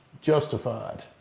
justified